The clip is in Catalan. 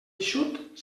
eixut